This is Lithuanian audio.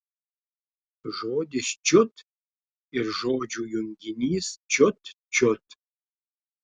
žodis čiut ir žodžių junginys čiut čiut